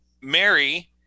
Mary